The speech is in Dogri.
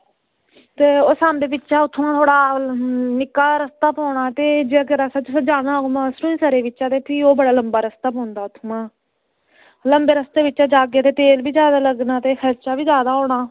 ओह् सांबा थोह्ड़ा निक्का रस्ता पौना ते जेकर तुसें जाना होग सरूईंसर चें ते ओह् बड़ा लम्बा रस्ता पौंदा उत्थुआं लम्बे रस्ते बिच्चें जाह्गे ते तेल बी खरा लग्गना ते खर्चा बी जादा होना